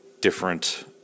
different